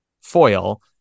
foil